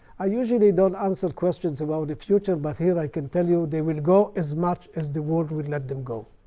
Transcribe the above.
i usually don't answer questions about the future, but here i can tell you they will go as much as the world will let them go.